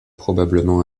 probablement